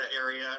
area